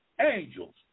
angels